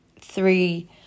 three